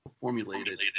Formulated